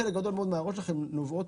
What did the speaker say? חלק גדול מאוד מההערות שלכם נובעות,